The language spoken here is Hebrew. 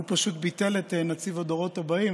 הוא פשוט ביטל את נציב הדורות הבאים,